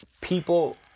people